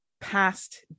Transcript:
past